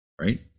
right